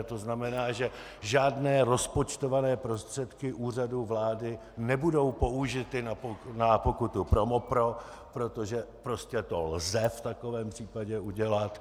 To znamená, že žádné rozpočtované prostředky Úřadu vlády nebudou použity na pokutu ProMoPro, protože prostě to lze v takovém případě udělat.